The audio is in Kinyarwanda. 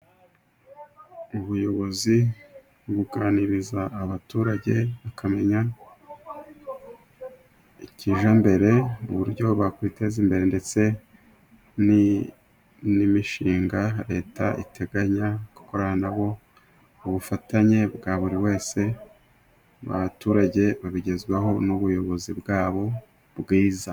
Ubuyobozi buganiriza abaturage, bakamenya ikijyambere, uburyo bakwiteza imbere, ndetse n'imishinga leta iteganya gukorana nabo, ubufatanye bwa buri wese mu baturage, babigezwaho n'ubuyobozi bwabo bwiza.